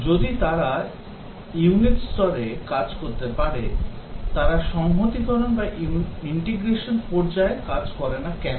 যদি তারা ইউনিট স্তরে কাজ করতে পারে তারা সংহতিকরণ পর্যায়ে কাজ করে না কেন